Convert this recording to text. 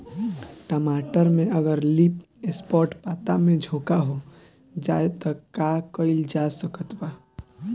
टमाटर में अगर लीफ स्पॉट पता में झोंका हो जाएँ त का कइल जा सकत बा?